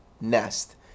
nest